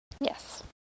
Yes